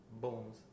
bones